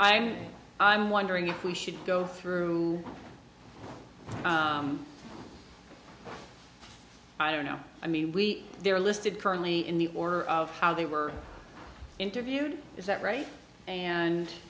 i'm i'm wondering if we should go through i don't know i mean we there are listed currently in the order of how they were interviewed is that right and